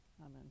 amen